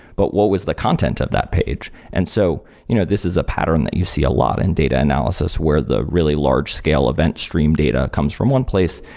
but what was the content of that page and so you know this is a pattern that you see a lot in data analysis, where the really large-scale event stream data comes from one place,